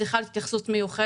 צריכה להיות התייחסות מיוחדת